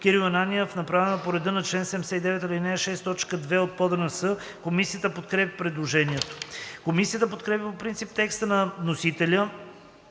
Кирил Ананиев, направено по реда на чл. 79, ал. 6, т. 2 от ПОДНС. Комисията подкрепя предложението. Комисията подкрепя по принцип текста на вносителя